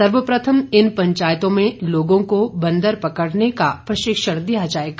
सर्वप्रथम इन पंचायतों में लोगों को बंदर पकड़ने का प्रशिक्षण दिया जाएगा